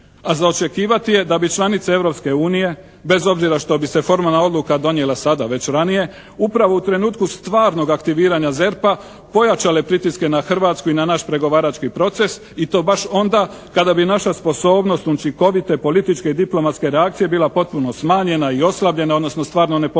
a za očekivati je da bi članice Europske unije bez obzira što bi se formalna odluka donijela sada već ranije upravo u trenutku stvarnog aktiviranja ZERP-a pojačale pritiske na Hrvatsku i na naš pregovarački proces i to baš onda kada bi naša sposobnost učinkovite političke i diplomatske reakcije bila potpuno smanjenja i oslabljena odnosno stvarno nepostojeća.